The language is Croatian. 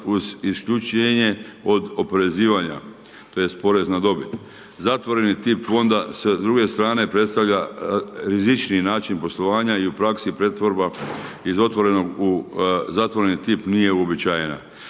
uz isključenje od oporezivanja tj. porez na dobit. Zatvoreni tip Fonda s druge strane predstavlja rizičniji način poslovanja i u praksi pretvorba iz otvorenog u zatvoreni tip nije uobičajena.